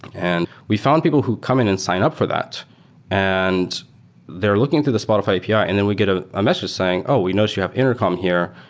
and we found people who come in and sign up for that and they're looking to the spotify api ah and then we get a ah message saying, oh! we notice you have intercom here.